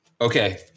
Okay